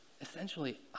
essentially